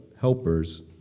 helpers